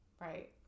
Right